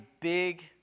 big